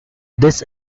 this